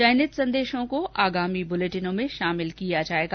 चयनित संदेशों को आगामी बुलेटिनों में शामिल किया जाएगा